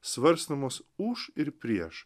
svarstomos už ir prieš